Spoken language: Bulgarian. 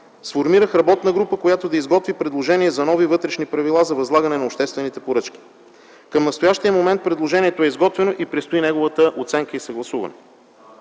сформирах работна група, която да изготви предложения за нови вътрешни правила за възлагане на обществените поръчки. Към настоящия момент предложението е изготвено и предстои неговата оценка и съгласуване.